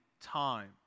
time